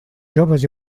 joves